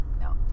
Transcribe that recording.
No